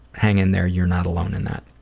hang in there. you're not alone in that.